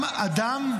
עם, אדם",